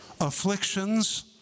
Afflictions